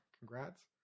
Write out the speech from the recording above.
congrats